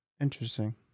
interesting